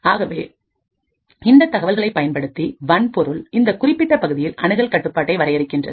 ஆகவே இந்த தகவல்களை பயன்படுத்தி வன்பொருள் இந்த குறிப்பிட்ட பகுதியில் அணுகல் கட்டுப்பாட்டை வரையறுக்கின்றது